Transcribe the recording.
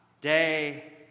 day